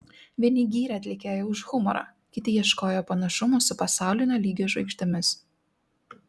vieni gyrė atlikėją už humorą kiti ieškojo panašumų su pasaulinio lygio žvaigždėmis